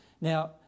Now